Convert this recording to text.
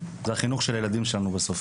זה החינוך של הילדים שלנו בסוף